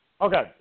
Okay